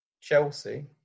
Chelsea